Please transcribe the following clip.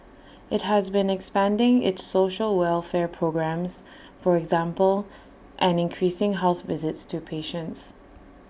IT has been expanding its social welfare programmes for example and increasing house visits to patients